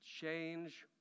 change